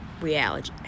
reality